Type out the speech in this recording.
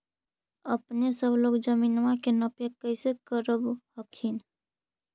अपने सब लोग जमीनमा के नपीया कैसे करब हखिन?